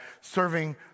serving